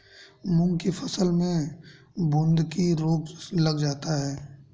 मूंग की फसल में बूंदकी रोग लग जाता है